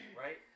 right